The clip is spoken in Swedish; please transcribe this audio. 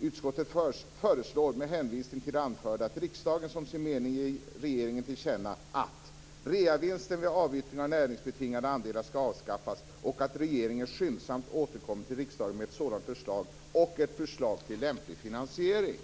"Utskottet föreslår med hänvisning till det anförda att riksdagen som sin mening ger regeringen till känna att reavinstskatten vid avyttring av näringsbetingade andelar skall avskaffas och att regeringen skyndsamt återkommer till riksdagen med ett sådant förslag och ett förslag till lämplig finansiering."